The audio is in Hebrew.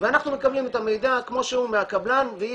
ואנחנו מקבלים את המידע כמו שהוא מהקבלן ואי